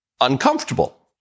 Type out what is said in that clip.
uncomfortable